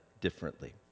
differently